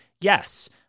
yes